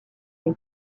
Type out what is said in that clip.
les